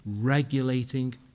regulating